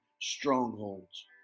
strongholds